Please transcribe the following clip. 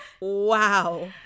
Wow